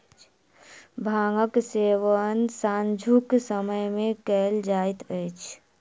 भांगक सेवन सांझुक समय मे कयल जाइत अछि